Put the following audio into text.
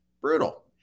brutal